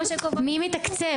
מי מתקצב?